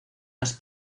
las